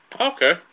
Okay